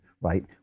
right